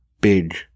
big